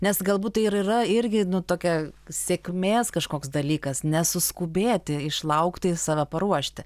nes galbūt tai ir yra irgi nu tokia sėkmės kažkoks dalykas nesuskubėti išlaukti save paruošti